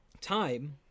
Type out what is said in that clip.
time